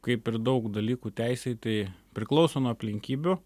kaip ir daug dalykų teisėj tai priklauso nuo aplinkybių